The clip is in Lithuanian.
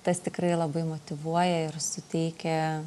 tas tikrai labai motyvuoja ir suteikia